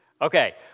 Okay